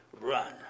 Run